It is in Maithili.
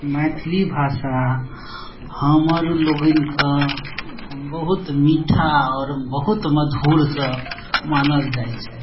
मैथिली भाषा हमर लोगैनके बहुत मीठा आओर बहुत मधुरसँ मानल जाइ छै